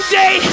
day